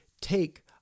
take